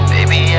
Baby